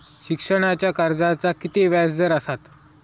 शिक्षणाच्या कर्जाचा किती व्याजदर असात?